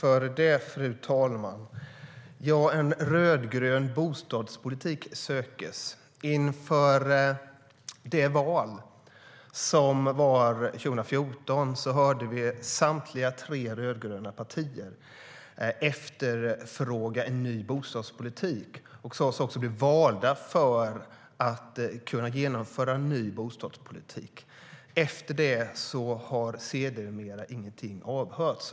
Fru talman! En rödgrön bostadspolitik sökes. Inför valet 2014 hörde vi samtliga tre rödgröna partier efterfråga en ny bostadspolitik. De valdes också för att kunna genomföra en ny bostadspolitik. Efter det har ingenting avhörts.